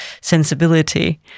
sensibility